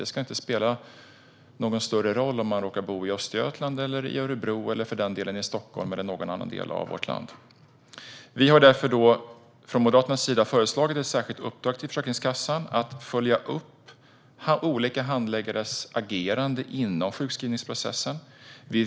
Det ska inte spela någon större roll om man råkar bo i Östergötland, Örebro eller för den delen Stockholm eller någon annan del av vårt land. Moderaterna har därför föreslagit ett särskilt uppdrag till Försäkringskassan att följa upp olika handläggares agerande inom sjukskrivningsprocessen.